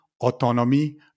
autonomy